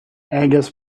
angus